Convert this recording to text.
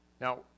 Now